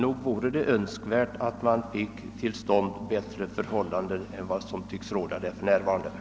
Nog vore det önskvärt att få till stånd bättre förhållanden än vad som för närvarande tycks råda där.